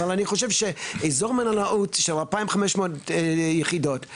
אבל אני חושב שאזור מלונאות שהוא 2,500 יחידות,